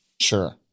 Sure